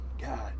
god